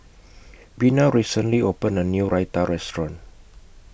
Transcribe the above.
Bena recently opened A New Raita Restaurant